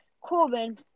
Corbin